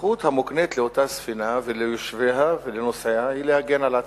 הזכות המוקנית לאותה ספינה וליושביה ולנוסעיה היא להגן על עצמם,